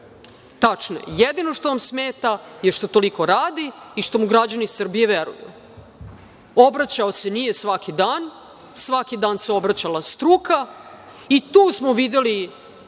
Tačno je. Jedino što vam smeta je što toliko radi i što mu građani Srbije veruju. Obraćao se nije svaki dan, svaki dan se obraćala struka i tu smo videli